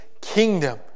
kingdom